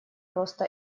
просто